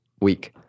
week